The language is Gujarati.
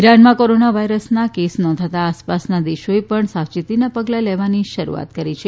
ઈરાનમાં કોરોના વાયરસના કેસ નોંધાતા આસપાસના દેશોએ પણ સાવચેતીના પગલાં લેવાની શરૂઆત કરી છે